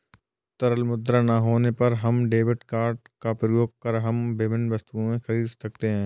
तरल मुद्रा ना होने पर हम डेबिट क्रेडिट कार्ड का प्रयोग कर हम विभिन्न वस्तुएँ खरीद सकते हैं